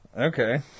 Okay